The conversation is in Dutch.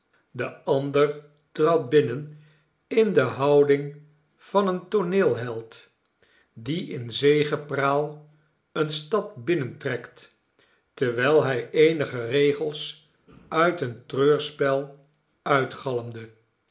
de ander trad binnen in de houding van een tooneelheld die in zegepraal eene stad binnentrekt terwijl hij eenige regels uit een treurspel